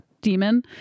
demon